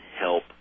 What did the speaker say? help